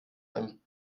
ein